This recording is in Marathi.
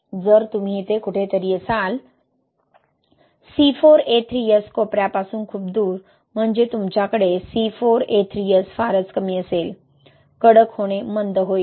जर तुम्ही इथे कुठेतरी असाल चित्रात हळू दाखवलेला प्रदेश C2S कोपऱ्याजवळ C4A3S कोपऱ्यापासून खूप दूर म्हणजे तुमच्याकडे C4A3S फारच कमी असेल कडक होणे मंद होईल